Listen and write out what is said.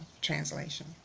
translation